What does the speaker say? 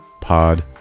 Pod